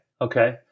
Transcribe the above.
Okay